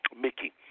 mickey